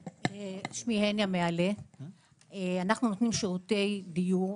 אנחנו נותנים שירותי דיור,